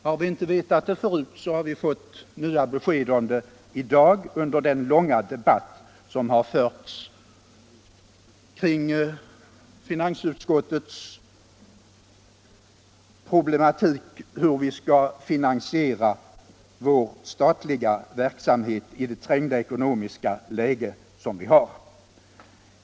Har vi inte vetat det tidigare, så har vi fått nya besked om det i dag under den långa debatt som förts här kring finansutskottets problematik om hur vi skall finansiera vår statliga verksamhet i det trängda ekonomiska läge som vi nu befinner oss i.